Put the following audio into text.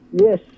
Yes